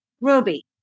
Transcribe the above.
Ruby